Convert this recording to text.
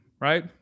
right